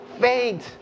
faint